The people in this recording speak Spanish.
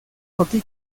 hockey